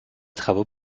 travaux